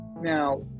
Now